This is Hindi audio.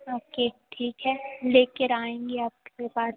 ओके ठीक है ले कर आएंगे आप के पास